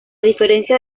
diferencia